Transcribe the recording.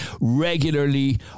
regularly